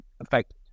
affected